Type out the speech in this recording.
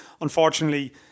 unfortunately